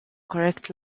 correct